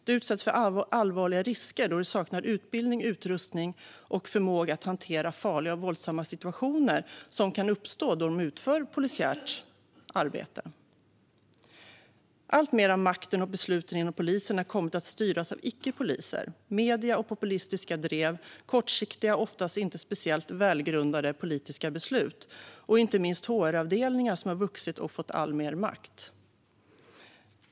De utsätts för allvarliga risker då de saknar utbildning, utrustning och förmåga att hantera farliga och våldsamma situationer som kan uppstå då de utför polisiärt arbete. Alltmer av makten och besluten inom polisen har kommit att styras av icke-poliser, medier och populistiska drev, kortsiktiga och oftast inte speciellt välgrundade politiska beslut och inte minst HR-avdelningar som har vuxit och fått alltmer makt.